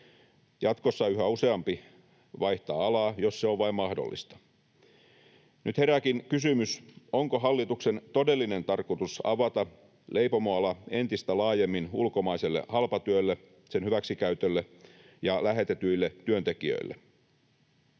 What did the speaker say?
Jatkossa yhä useampi vaihtaa alaa, jos se on vain mahdollista. Nyt herääkin kysymys, onko hallituksen todellinen tarkoitus avata leipomoala entistä laajemmin ulkomaiselle halpatyölle, sen hyväksikäytölle ja lähetetyille työntekijöille?